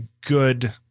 good